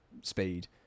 speed